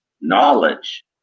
knowledge